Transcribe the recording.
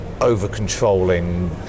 over-controlling